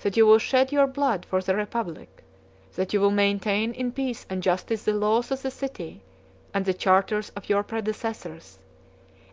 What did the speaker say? that you will shed your blood for the republic that you will maintain in peace and justice the laws of the city and the charters of your predecessors